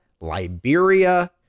Liberia